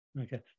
Okay